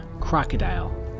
Crocodile